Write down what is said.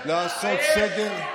תתבייש אתה.